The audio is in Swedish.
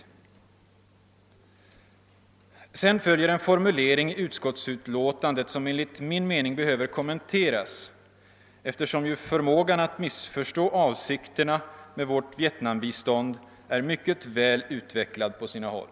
Därefter följer en formulering i utlåtandet, som enligt min mening behöver kommenteras, eftersom förmågan att missförstå avsikterna med vårt Vietnambistånd är mycket väl utvecklad på sina håll.